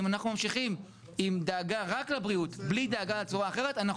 אם אנחנו ממשיכים עם דאגה רק לבריאות בלי דאגה --- אחרת,